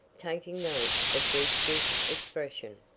taking note of brewster's expression.